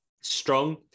strong